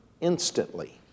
instantly